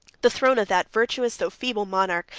the throne of that virtuous, though feeble monarch,